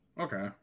Okay